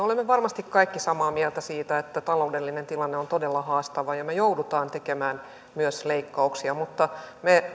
olemme varmasti samaa mieltä siitä että taloudellinen tilanne on todella haastava me joudumme tekemään myös leikkauksia mutta me